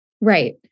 Right